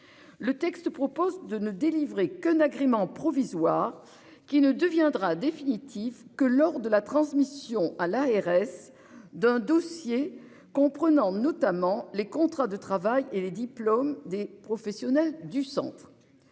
Le texte propose de ne délivrer qu'un agrément provisoire qui ne deviendra définitive que lors de la transmission à l'ARS d'un dossier comprenant notamment les contrats de travail et les diplômes des professionnels du Centre.